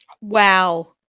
Wow